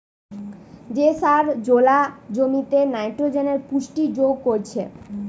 যে সার জোলা জমিতে নাইট্রোজেনের পুষ্টি যোগ করছে